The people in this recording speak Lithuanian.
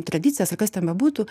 tradicijas ar kas ten bebūtų